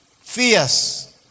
Fierce